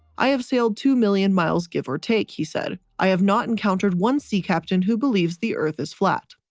i have sailed two million miles give or take, he said, i have not encountered one sea captain who believes the earth is flat.